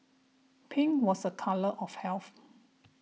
pink was a colour of health